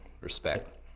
Respect